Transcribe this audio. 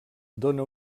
dóna